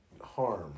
harm